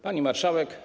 Pani Marszałek!